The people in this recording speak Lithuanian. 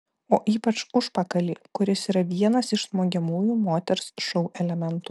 o ypač užpakalį kuris yra vienas iš smogiamųjų moters šou elementų